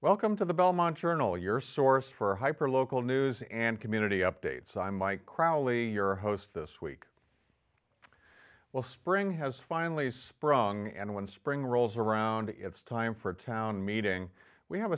welcome to the belmont journal your source for hyper local news and community updates i'm mike crowley your host this week well spring has finally sprong and when spring rolls around it's time for a town meeting we have